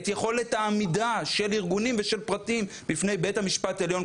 את יכולת העמידה של ארגונים ושל פרטים בפני בית המשפט העליון,